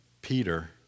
Peter